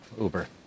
Uber